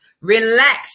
relax